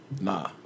nah